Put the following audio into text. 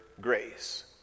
grace